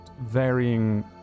varying